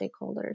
stakeholders